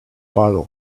bottle